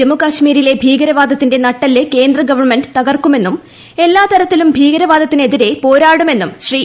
ജമ്മുകാശ്മീരിലെ ഭീകരവാദത്തിന്റെ നട്ടെല്ല് കേന്ദ്ര ഗവൺമെന്റ് തകർക്കുമെന്നും എല്ലാ തരത്തിലും ഭീകരവാദത്തിനെ തിരെ പോരാടുമെന്നും ശ്രീ